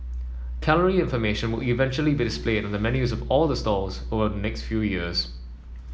calorie information will eventually be displayed on the menus of all the stalls over the next few years